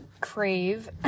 crave